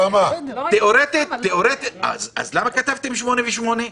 למה כתבתם שמונה ושמונה?